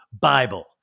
Bible